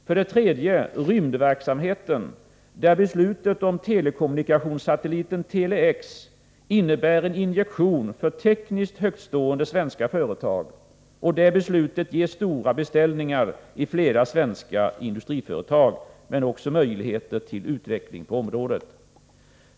För det tredje: Rymdverksamheten, där beslutet om telekommunikationssatelliten Tele-X innebär en injektion för tekniskt högtstående svenska företag. Beslutet ger stora beställningar i flera svenska industriföretag men också möjligheter till utveckling på området.